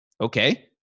Okay